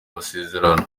masezerano